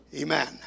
Amen